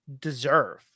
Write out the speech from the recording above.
deserve